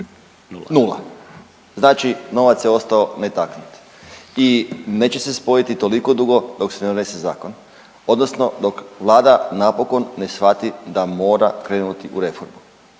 Nula. Znači novac je ostao netaknut. I neće se spojiti toliko dugo dok se ne donese zakon, odnosno dok Vlada napokon ne shvati da mora krenuti u reformu.